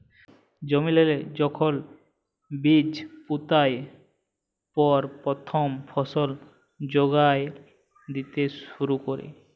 জমিল্লে যখল বীজ পুঁতার পর পথ্থম ফসল যোগাল দ্যিতে শুরু ক্যরে